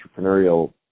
entrepreneurial